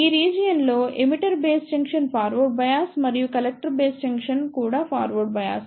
ఈ రీజియన్ లో emitter base junction forward bias మరియు కలెక్టర్ బేస్ జంక్షన్ కూడా ఫార్వర్డ్ బయాస్